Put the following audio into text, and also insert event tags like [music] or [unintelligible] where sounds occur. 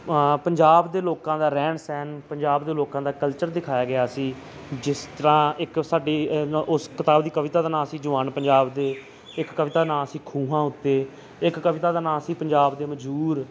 ਪੰਜਾਬ ਦੇ ਲੋਕਾਂ ਦਾ ਰਹਿਣ ਸਹਿਣ ਪੰਜਾਬ ਦੇ ਲੋਕਾਂ ਦਾ ਕਲਚਰ ਦਿਖਾਇਆ ਗਿਆ ਸੀ ਜਿਸ ਤਰ੍ਹਾਂ ਇੱਕ ਸਾਡੀ [unintelligible] ਉਸ ਕਿਤਾਬ ਦੀ ਕਵਿਤਾ ਦਾ ਨਾਮ ਸੀ ਜਵਾਨ ਪੰਜਾਬ ਦੇ ਇੱਕ ਕਵਿਤਾ ਨਾਮ ਸੀ ਖੂਹਾਂ ਉੱਤੇ ਇੱਕ ਕਵਿਤਾ ਦਾ ਨਾਮ ਸੀ ਪੰਜਾਬ ਦੇ ਮਜੂਰ